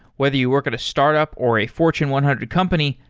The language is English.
whether you work at a startup or a fortune one hundred company,